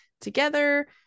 together